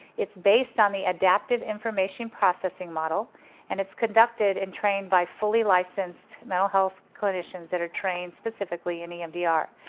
it's based on the adaptive information processing model and it's conducted and trained by fully licensed mental health clinicians that are trained specifically in the emdr.